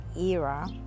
era